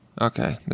Okay